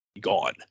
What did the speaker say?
gone